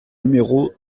numéro